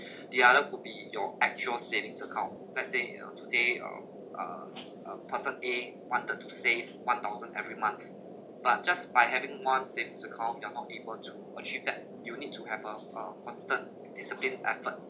the other would be your actual savings account let's say you know today um uh uh person A wanted to save one thousand every month but just by having one savings account you are not able to achieve that you'll need to have a a constant disciplined effort